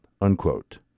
Unquote